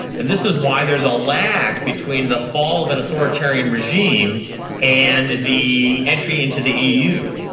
and this is why there is a lag between the fall of an authoritarian regime and the entry into the eu.